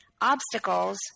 obstacles